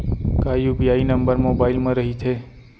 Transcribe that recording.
का UPI number mobile म रहिथे?